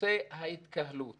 נושא ההתקהלות